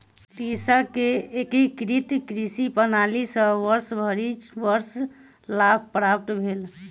कृषक के एकीकृत कृषि प्रणाली सॅ वर्षभरि वर्ष लाभ प्राप्त भेल